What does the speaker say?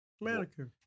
Manicure